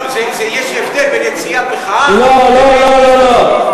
יש הבדל בין יציאת מחאה, לא לא לא.